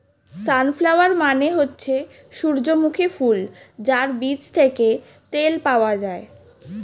sunflower মানে হচ্ছে সূর্যমুখী ফুল যার বীজ থেকে তেল পাওয়া যায়